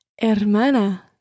Hermana